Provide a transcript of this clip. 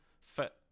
fit